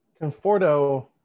Conforto